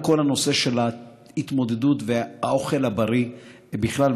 כל הנושא של ההתמודדות והאוכל הבריא בכלל,